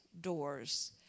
doors